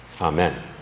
Amen